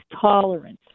tolerance